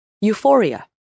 euphoria